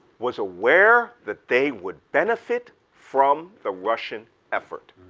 was aware that they would benefit from the russian effort,